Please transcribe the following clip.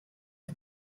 the